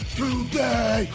today